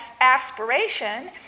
aspiration